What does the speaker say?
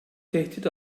tehdit